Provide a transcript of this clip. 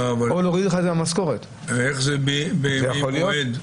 איך זה בימי מועד?